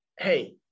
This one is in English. Hey